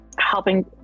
helping